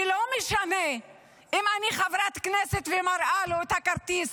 ולא משנה אם אני חברת כנסת ומראה את הכרטיס